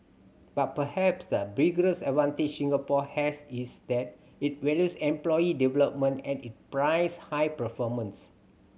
but perhaps the biggest advantage Singapore has is that it values employee development and it prizes high performance